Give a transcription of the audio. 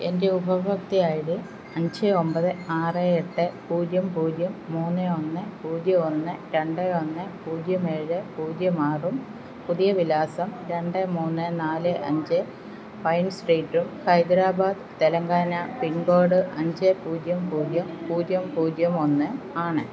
എന്റെ ഉപഭോക്ത്യ I D അഞ്ച് ഒമ്പത് ആറ് എട്ട് പൂജ്യം പൂജ്യം മൂന്ന് ഒന്ന് പൂജ്യം ഒന്ന് രണ്ട് ഒന്ന് പൂജ്യം ഏഴ് പൂജ്യം ആറും പുതിയ വിലാസം രണ്ട് മൂന്ന് നാല് അഞ്ച് ഫൈൻ സ്ട്രീറ്റും ഹൈദരാബാദ് തെലങ്കാന പിൻകോഡ് അഞ്ച് പൂജ്യം പൂജ്യം പൂജ്യം പൂജ്യം ഒന്ന് ആണ്